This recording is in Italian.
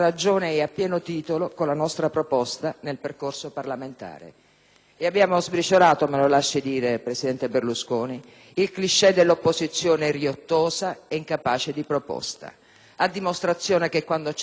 abbiamo sbriciolato - me lo lasci dire, presidente Berlusconi - il *cliché* dell'opposizione riottosa e incapace di proposta, a dimostrazione che, quando c'è la disponibilità del Governo e della maggioranza, noi ci siamo.